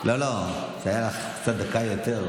לא, לא, זה היה לך דקה יותר.